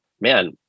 man